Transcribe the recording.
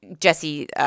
Jesse